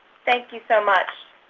thank you so much.